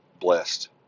blessed